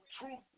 truth